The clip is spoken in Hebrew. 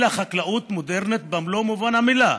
אלא חקלאות מודרנית במלוא מובן המילה,